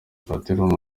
bategereje